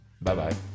Bye-bye